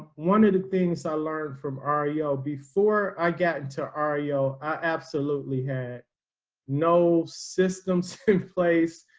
one of the things i learned from arielle before i got into our yo i absolutely had no systems place.